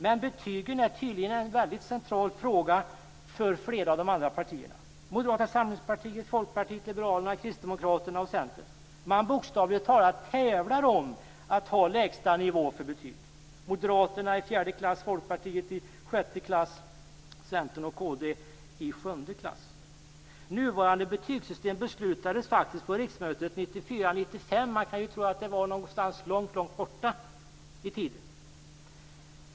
Men betygen är tydligen en väldigt central fråga för flera av de andra partierna - Moderata samlingspartiet, Folkpartiet liberalerna, Kristdemokraterna och Centern. Man bokstavligt talat tävlar om att ha lägsta nivå för betyg - Moderaterna i fjärde klass, Folkpartiet i sjätte klass, Centern och Kristdemokraterna i sjunde klass. Nuvarande betygssystem beslutades faktiskt på riksmötet 1994/95! Man kan ju tro att det var någonstans långt borta i tiden.